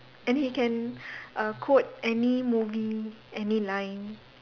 and he can uh quote any movie any line